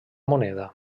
moneda